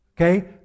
okay